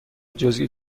جزئی